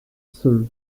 sir